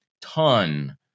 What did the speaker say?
ton